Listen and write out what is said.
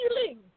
feeling